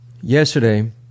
yesterday